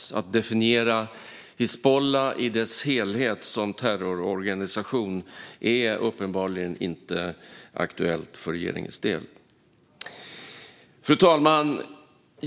Att definiera Hizbullah i dess helhet som terrororganisation är uppenbarligen inte aktuellt för regeringens del. Fru talman!